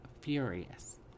furious